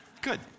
Good